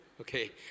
Okay